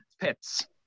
pets